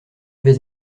vais